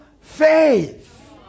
faith